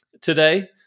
today